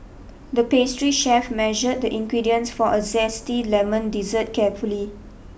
the pastry chef measured the ingredients for a zesty lemon dessert carefully